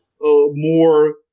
more